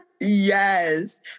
yes